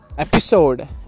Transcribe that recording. Episode